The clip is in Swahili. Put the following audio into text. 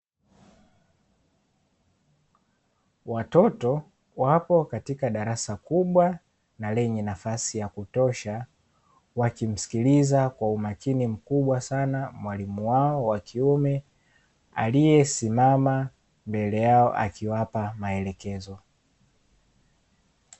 Watoto wapo katika darasa kubwa na lenye nafasi ya kutosha, wakimsikiliza kwa umakini mkubwa sana mwalimu wao wa kiume, aliyesimama mbele yao akiwapa maelekezo.